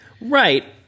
Right